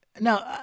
Now